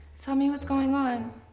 tell me what's going on.